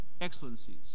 Excellencies